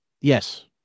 Yes